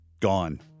gone